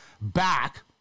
back